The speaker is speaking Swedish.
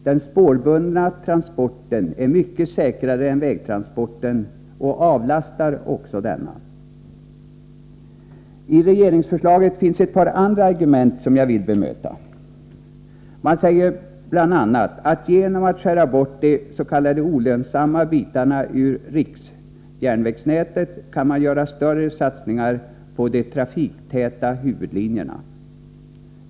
Den spårbundna transporten är mycket säkrare än vägtransporten och avlastar också denna. I regeringsförslaget finns ett par andra argument som jag vill bemöta. Man säger bl.a. att genom att skära bort de s.k. olönsamma bitarna ur järnvägsnätet kan man göra större satsningar på de trafiktäta huvudlinjerna.